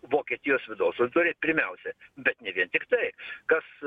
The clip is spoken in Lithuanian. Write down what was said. vokietijos vidaus o turi pirmiausia bet ne vien tiktai kas